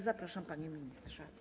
Zapraszam, panie ministrze.